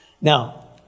Now